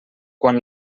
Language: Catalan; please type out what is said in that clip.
quan